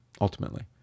ultimately